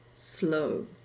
Slow